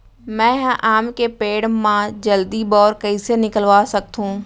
मैं ह आम के पेड़ मा जलदी बौर कइसे निकलवा सकथो?